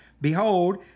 behold